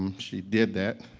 um she did that,